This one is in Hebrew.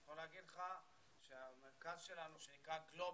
אני יכול לומר לך שהמרכז שלנו שנקרא גלובל,